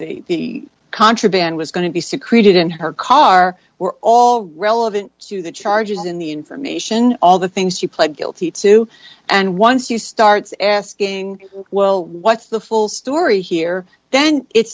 how that contraband was going to be secreted in her car were all relevant to the charges in the information all the things she pled guilty to and once you starts asking well what's the full story here then it